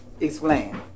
explain